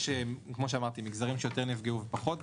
כמו שאמרתי, יש מגזרים שיותר נפגעו ומגזרים שפחות.